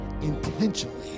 intentionally